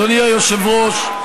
אדוני היושב-ראש,